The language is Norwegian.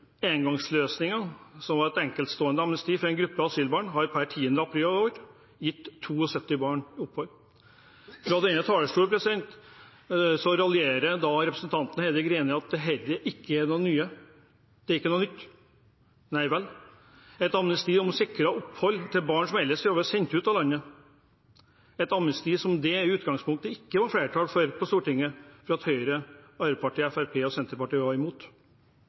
som var et enkeltstående amnesti for en gruppe asylbarn, har per 10. april i år gitt 72 barn opphold. Fra denne talerstol raljerer representanten Heidi Greni over at dette ikke er noe nytt. Nei vel. Det er et amnesti som har sikret opphold til barn som ellers ville vært sendt ut av landet, et amnesti som det i utgangspunktet ikke var flertall for på Stortinget, for Høyre, Arbeiderpartiet, Fremskrittspartiet og Senterpartiet var imot.